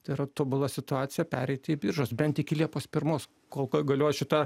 tai yra tobula situacija pereiti į biržos bent iki liepos pirmos kol galios šita